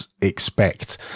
expect